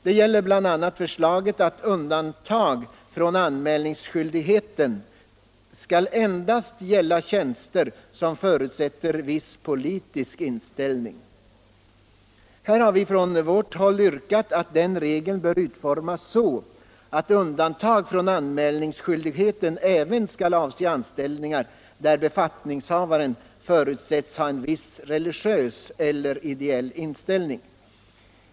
Det gäller bl.a. förslaget att undantag från anmälningsskyldigheten endast skall gälla tjänster som förutsätter viss politisk inställning. Här har vi från vårt håll yrkat att den regeln bör utformas så att undantag från anmälningsskyldigheten även skall avse anställningar där befatiningshavaren förutsätts ha en viss religiös eller ideell inställning.